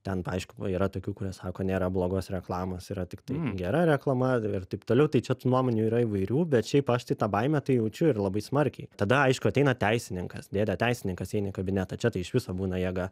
ten aišku yra tokių kurie sako nėra blogos reklamos yra tiktai gera reklama ir taip toliau tai čia tų nuomonių yra įvairių bet šiaip aš tai tą baimę tai jaučiu ir labai smarkiai tada aišku ateina teisininkas dėdė teisininkas įeini kabinetą čia tai iš viso būna jėga